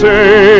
Say